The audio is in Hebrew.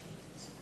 אדוני היושב-ראש,